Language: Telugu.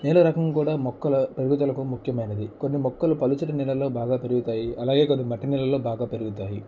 నేల రకం కూడా మొక్కలపెరుగుదలకు ముఖ్యమైనది కొన్ని మొక్కలు పలుచటి నేలలో బాగా పెరుగుతాయి అలాగే కొన్ని మట్టి నేలలో బాగా పెరుగుతాయి